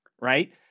Right